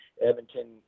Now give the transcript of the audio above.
Edmonton